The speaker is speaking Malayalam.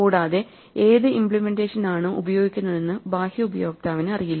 കൂടാതെ ഏത് ഇമ്പ്ലിമെന്റേഷൻ ആണ് ഉപയോഗിക്കുന്നതെന്ന് ബാഹ്യ ഉപയോക്താവിന് അറിയില്ല